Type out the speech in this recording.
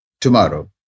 tomorrow